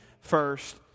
first